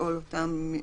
לשאול אותם.